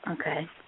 Okay